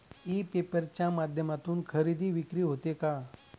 E paper च्या माध्यमातून खरेदी विक्री होते का?